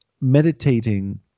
meditating